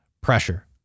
Pressure